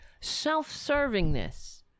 self-servingness